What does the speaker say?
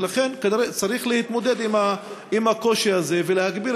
ולכן צריך להתמודד עם הקושי הזה ולהגביר